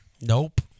Nope